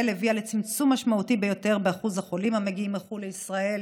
הביאה לצמצום משמעותי ביותר באחוז החולים המגיעים מחו"ל לישראל,